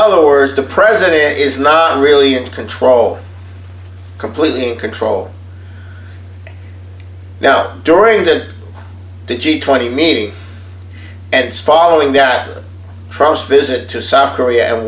other words the president is not really in control completely in control now during the g twenty meeting and following that frost visit to south korea and